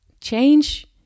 change